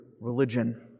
religion